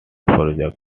project